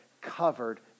covered